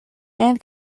and